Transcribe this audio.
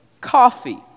coffee